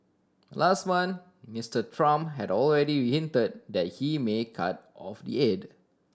last month Mister Trump had already hinted that he may cut off the aid